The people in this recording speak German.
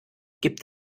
gibt